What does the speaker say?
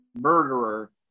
murderer